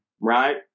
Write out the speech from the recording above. right